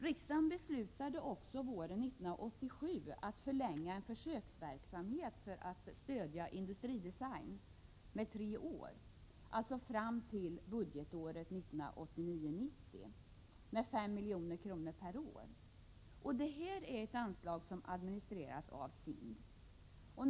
Riksdagen beslutade våren 1987 att förlänga en försöksverksamhet för att stödja industridesign med tre år, alltså fram till budgetåret 1989/90, med 5 miljoner per år. Det är ett anslag som administreras av SIND.